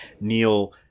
Neil